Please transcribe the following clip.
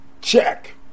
Check